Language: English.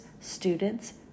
students